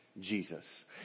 Jesus